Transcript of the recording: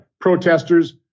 protesters